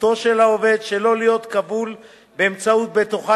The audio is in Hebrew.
שזכותו של עובד שלא להיות כבול באמצעות בטוחה